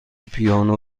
پیانو